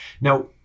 now